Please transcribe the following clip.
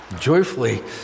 Joyfully